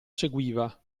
seguiva